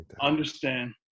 understand